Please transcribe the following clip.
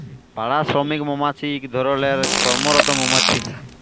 পাড়া শ্রমিক মমাছি হছে ইক ধরলের কম্মরত মমাছি